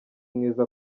mwiza